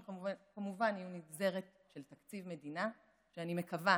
עם כמובן עם נגזרת של תקציב מדינה שאני מקווה